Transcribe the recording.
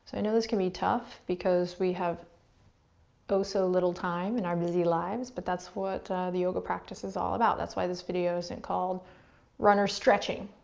i know this can be tough because we have oh-so little time in our busy lives, but that's what the yoga practice is all about. that's why this video isn't called runner's stretching,